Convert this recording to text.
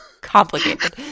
complicated